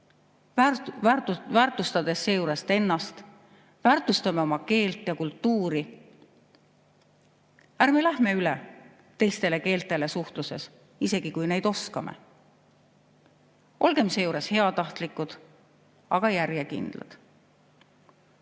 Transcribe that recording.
Väärtustades seejuures ennast, väärtustame oma keelt ja kultuuri. Ärme lähme suhtluses üle teistele keeltele, isegi kui neid oskame. Olgem seejuures heatahtlikud, aga järjekindlad.